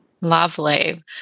lovely